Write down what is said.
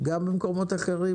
גם במקומות אחרים.